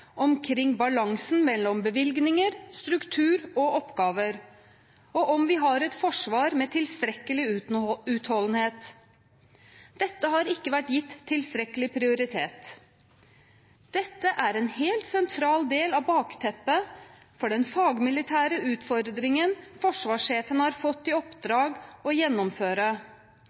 omkring balansen mellom bevilgninger, struktur og oppgaver og om vi har et forsvar med tilstrekkelig utholdenhet. Dette har ikke vært gitt tilstrekkelig prioritet. Dette er en helt sentral del av bakteppet for den fagmilitære utredningen forsvarssjefen har fått i oppdrag å gjennomføre.